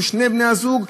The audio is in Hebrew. שני בני-הזוג,